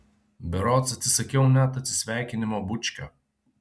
berods atsisakiau net atsisveikinimo bučkio